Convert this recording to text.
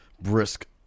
brisk